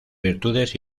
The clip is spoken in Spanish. virtudes